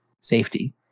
safety